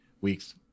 weeks